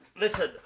listen